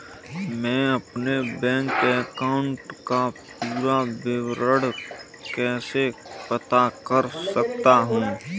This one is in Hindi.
मैं अपने बैंक अकाउंट का पूरा विवरण कैसे पता कर सकता हूँ?